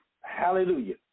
Hallelujah